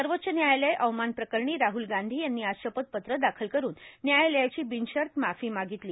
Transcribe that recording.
सर्वाच्च न्यायालय अवमान प्रकरणी राहूल गांधी यांनी आज शपथपत्र दाखल करून न्यायालयाची र्विनशत माफा मागितली